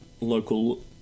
local